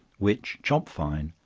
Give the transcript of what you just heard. which chop fine,